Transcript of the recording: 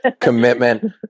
commitment